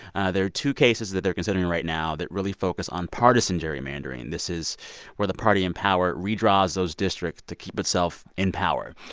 there are two cases that they're considering right now that really focus on partisan gerrymandering. and this is where the party in power redraws those districts to keep itself in power.